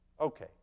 Okay